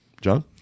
John